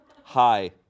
Hi